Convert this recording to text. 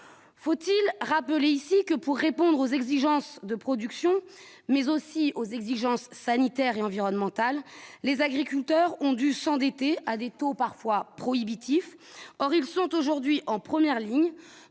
faut-il rappeler ici que pour répondre aux exigences de production mais aussi aux exigences sanitaires et environnementales, les agriculteurs ont dû s'endetter à des taux parfois prohibitifs, or ils sont aujourd'hui en première ligne